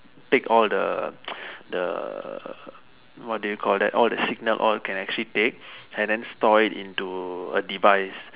take all the the what do you call that all the signals all can actually take and then store it into a device